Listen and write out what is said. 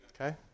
okay